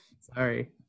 Sorry